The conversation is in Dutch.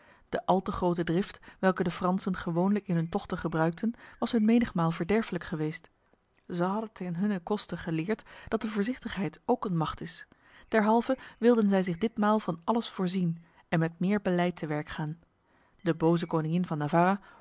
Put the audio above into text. de al te grote drift welke de fransen gewoonlijk in hun tochten gebruikten was hun menigmaal verderfelijk geweest zij hadden ten hunnen koste geleerd dat de voorzichtigheid ook een macht is derhalve wilden zij zich ditmaal van alles voorzien en met meer beleid te werk gaan de boze koningin van